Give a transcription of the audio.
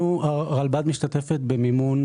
הרלב"ד משתתפת במימון